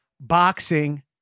boxing